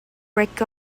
break